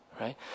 right